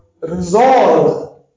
resolve